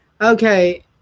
Okay